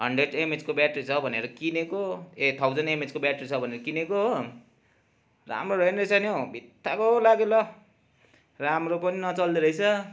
hundred एमएचको battery छ भनेर किनेको ए थाउजन्ड एमएचको ब्याट्री छ भनेर किनेको हो राम्रो रहेन रहेछ नि हो बित्थाको लाग्यो ल राम्रो पनि नचल्दो रहेछ